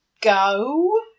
go